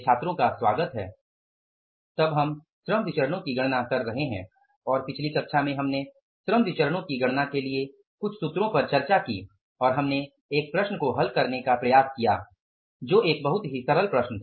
छात्रों का स्वागत हैं तब हम श्रम विचरणो की गणना कर रहे हैं और पिछली कक्षा में हमने श्रम विचरणो की गणना के लिए कुछ सूत्रों पर चर्चा की और हमने एक प्रश्न को हल करने का प्रयास किया जो एक बहुत ही सरल प्रश्न था